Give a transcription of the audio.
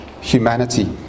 humanity